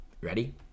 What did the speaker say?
Ready